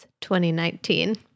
2019